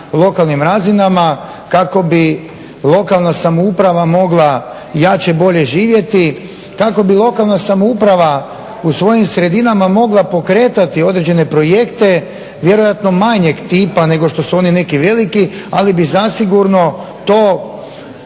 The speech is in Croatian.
lokalnim razinama kako bi lokalna samouprava mogla jače i bolje živjeti, kako bi lokalna samouprava u svojim sredinama mogla pokretati određene projekte, vjerojatno manjeg tipa nego što su oni neki veliki ali bi zasigurno to